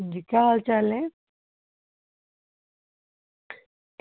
अंजी केह् हाल चाल ऐ